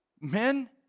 Men